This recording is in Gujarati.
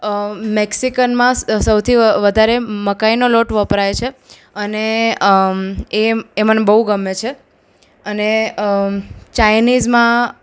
મેક્સિકનમાં સૌથી વ વધારે મ મકાઈનો લોટ વપરાય છે અને એ મન બહુ ગમે છે અને અમ ચાઇનીઝમાં